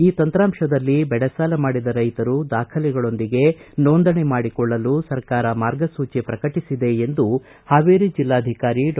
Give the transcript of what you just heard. ಈ ತಂತ್ರಾಂಶದಲ್ಲಿ ದೆಳೆಸಾಲ ಮಾಡಿದ ರೈತರು ದಾಖಲೆಗಳೊಂದಿಗೆ ನೋಂದಣಿ ಮಾಡಿಕೊಳ್ಳಲು ಸರ್ಕಾರ ಮಾರ್ಗಸೂಚಿ ಪ್ರಕಟಿಸಿದೆ ಎಂದು ಹಾವೇರಿ ಜಿಲ್ಲಾಧಿಕಾರಿ ಡಾ